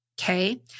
Okay